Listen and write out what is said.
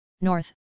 North